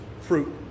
Fruit